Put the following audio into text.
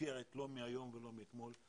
מוכרת לא מהיום ולא מאתמול.